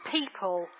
people